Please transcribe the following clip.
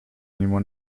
mimo